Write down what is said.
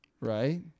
right